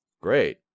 great